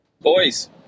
Boys